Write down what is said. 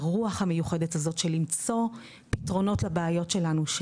הרוח המיוחדת הזאת של למצוא פתרונות לבעיות שלנו,